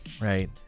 right